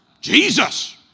Jesus